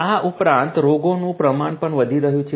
આ ઉપરાંત રોગોનું પ્રમાણ પણ વધી રહ્યું છે